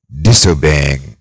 disobeying